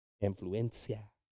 Influencia